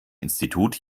institut